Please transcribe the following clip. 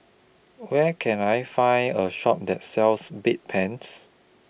Where Can I Find A Shop that sells Bedpans